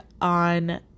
on